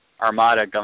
armada